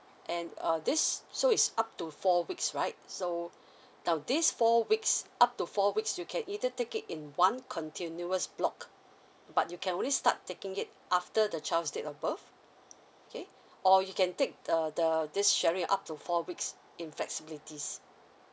and uh this so it's up to four weeks right so now these four weeks up to four weeks you can either take it in one continuous block but you can only start taking it after the child's date of birth okay or you can take uh the this sharing of up to four weeks in flexibilities